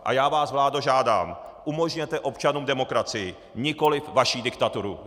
A já vás, vládo, žádám umožněte občanům demokracii, nikoli vaši diktaturu.